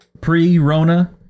pre-Rona